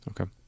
Okay